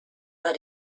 war